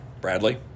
Bradley